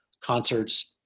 concerts